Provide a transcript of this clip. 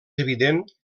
evident